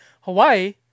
Hawaii